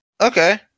okay